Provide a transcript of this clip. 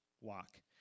walk